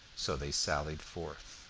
so they sallied forth.